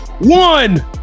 One